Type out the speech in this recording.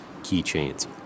keychains